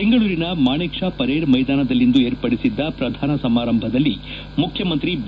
ಬೆಂಗಳೂರಿನ Manekshaw parade ಮೈದಾನದಲ್ಲಿಂದು ಏರ್ಪಡಿಸಿದ್ದ ಶ್ರಧಾನ ಸಮಾರಂಭದಲ್ಲಿ ಮುಖ್ಯಮಂತ್ರಿ ಬಿ